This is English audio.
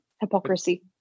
hypocrisy